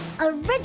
Original